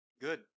Good